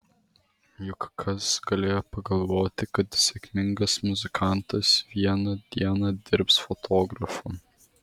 juk kas galėjo pagalvoti kad sėkmingas muzikantas vieną dieną dirbs fotografu